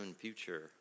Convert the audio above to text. future